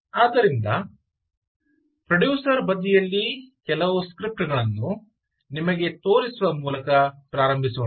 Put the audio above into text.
ಆದ್ದರಿಂದ ಪ್ರೊಡ್ಯೂಸರ್ ಬದಿಯಲ್ಲಿ ಕೆಲವು ಸ್ಕ್ರಿಪ್ಟ್ ಗಳನ್ನು ನಿಮಗೆ ತೋರಿಸುವ ಮೂಲಕ ಪ್ರಾರಂಭಿಸೋಣ